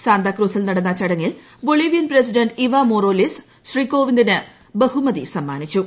സാന്താക്രൂസിൽ നടന്ന ചടങ്ങിൽ Bolivian president Evo Morales Shri കോവിന്ദിന് ബഹുമതി സമ്മാനിച്ചു